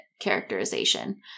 characterization